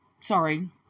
Sorry